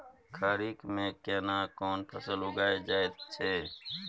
खरीफ में केना कोन फसल उगायल जायत छै?